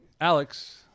Alex